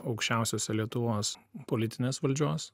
aukščiausiuose lietuvos politinės valdžios